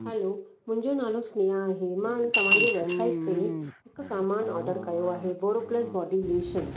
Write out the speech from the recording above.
हलो मुंहिंजो नालो स्नेहा आहे मां तव्हां जे वेबसाइट ते हिकु समान ऑर्डरु कयो आहे बोरोप्लस बॉडी लेशन